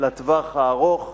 לטווח הארוך,